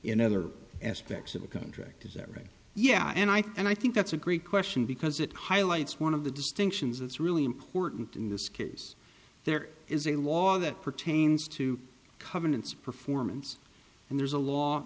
in other aspects of the contract is that right yeah and i think i think that's a great question because it highlights one of the distinctions that's really important in this case there is a law that pertains to covenants performance and there's a law